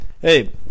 Hey